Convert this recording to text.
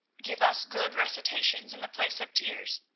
give us good recitations in the place of tears.